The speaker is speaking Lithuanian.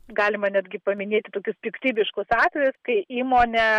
galima netgi paminėti tokius piktybiškus atvejus kai įmonė